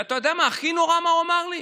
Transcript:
אתה יודע מה הדבר הכי נורא שהוא אמר לי?